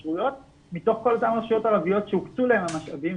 מתוך כל אותן רשויות ערביות שהוקצו להן המשאבים,